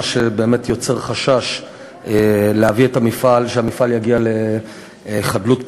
מה שיוצר באמת חשש שהמפעל יגיע לחדלות פירעון.